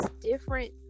different